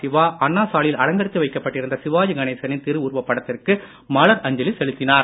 சிவா அண்ணா சாலையில் அலங்கரித்து வைக்கப்பட்டிருந்த சிவாஜிகணேசனின் திருஉருவப் படத்திற்கு மலர் அஞ்சலி செலுத்தினார்